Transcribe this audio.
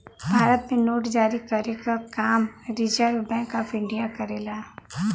भारत में नोट जारी करे क काम रिज़र्व बैंक ऑफ़ इंडिया करेला